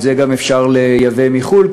ואותו גם אפשר לייבא מחו"ל,